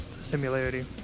similarity